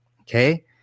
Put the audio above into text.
Okay